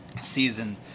season